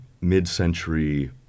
mid-century